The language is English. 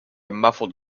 muffled